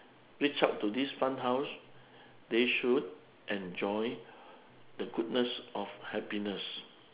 reach out to this fun house they should enjoy the goodness of happiness